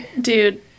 Dude